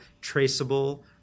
traceable